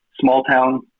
small-town